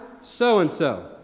so-and-so